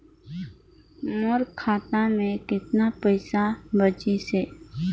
मोर खाता मे कतना पइसा बाचिस हे?